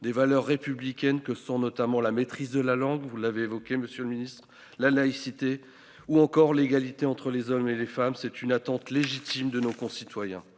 des valeurs républicaines que sont notamment la maîtrise de la langue, vous l'avez évoqué, monsieur le Ministre, la laïcité ou encore l'égalité entre les hommes et les femmes, c'est une attente légitime de nos concitoyens.